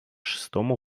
шестому